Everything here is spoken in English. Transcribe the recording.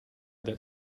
that